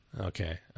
Okay